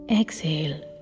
exhale